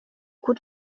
coup